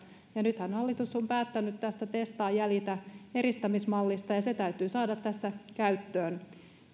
nythän hallitus on päättänyt tästä testaa jäljitä eristä mallista ja se täytyy saada tässä käyttöön